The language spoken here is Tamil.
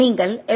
நீங்கள் எஃப்